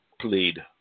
played